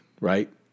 right